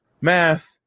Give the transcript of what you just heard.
math